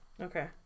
Okay